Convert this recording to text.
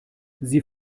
sie